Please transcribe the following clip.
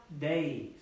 days